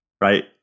right